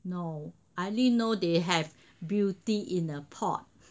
no I only know they have Beauty In A Pot